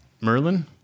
merlin